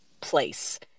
place